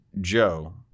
joe